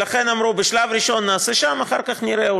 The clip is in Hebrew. ולכן אמרו: בשלב הראשון נעשה שם ואחר כך נראה,